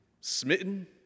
smitten